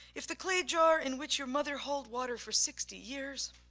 if the clay jar in which your mother hold water for sixty years,